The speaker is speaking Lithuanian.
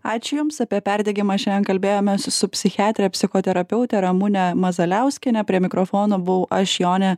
ačiū jums apie perdegimą šiandien kalbėjomės su psichiatre psichoterapeute ramune mazaliauskiene prie mikrofono buvau aš jonė